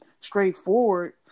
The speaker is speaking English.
straightforward